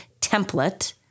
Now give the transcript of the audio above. template